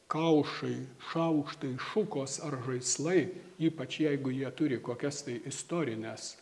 kaušai šaukštai šukos ar žaislai ypač jeigu jie turi kokias istorines